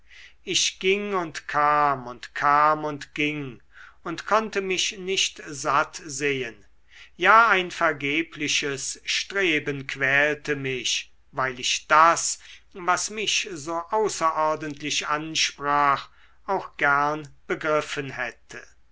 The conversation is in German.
ich ging und kam und kam und ging und konnte mich nicht satt sehen ja ein vergebliches streben quälte mich weil ich das was mich so außerordentlich ansprach auch gern begriffen hätte